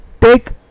take